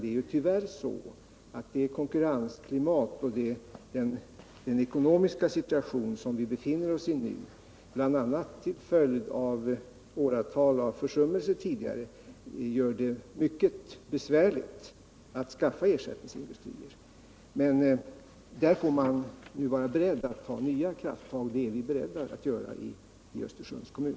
Det är tyvärr så att det konkurrensklimat och den ekonomiska situation som vi befinner oss i, bl.a. till följd av åratals försummelser tidigare, gör det synnerligen besvärligt att nu skaffa ersättningsindustrier. Där måste man vara beredd att ta nya krafttag, och det är vi beredda att göra i Östersunds kommun.